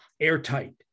airtight